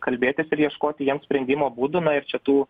kalbėtis ir ieškoti jiem sprendimo būdų na ir čia tų